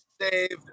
saved